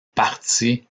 partie